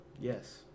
Yes